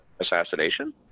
assassination